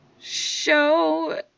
show